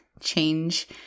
change